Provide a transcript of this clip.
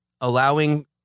allowing